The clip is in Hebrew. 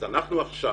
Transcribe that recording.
אנחנו עכשיו,